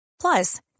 Plus